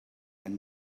and